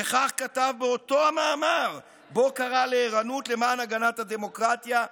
וכך כתב באותו מאמר שבו קרא לערנות למען הגנת הדמוקרטיה,